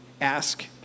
ask